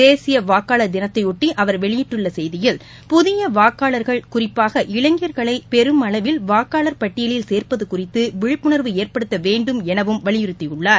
தேசிய வாக்காளர் தினத்தையொட்டி அவர் வெளியிட்டுள்ள செய்தியில் புதிய வாக்காளர்கள் குறிப்பாக இளைஞர்களை பெருமளவில் வாக்காளர் பட்டியலில் சேர்ப்பது குறித்து விழிப்புணர்வு ஏற்படுத்த வேண்டும் எனவும் வலியுறுத்தியுள்ளார்